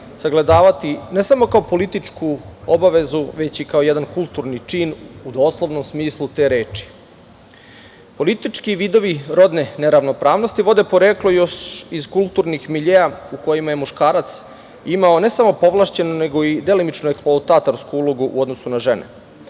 sagledavati ne samo kao političku obavezu, već i kao jedan kulturni čin u doslovnom smislu te reči. Politički vidovi rodne neravnopravnosti vode poreklo još iz kulturnih miljea u kojima je muškarac imao ne samo povlašćenu, nego i delimično eksploatatorsku ulogu u odnosu na žene.